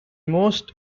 most